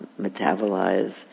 metabolize